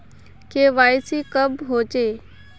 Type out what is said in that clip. KYC कब होचे?